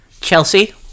Chelsea